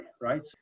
right